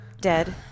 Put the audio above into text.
Dead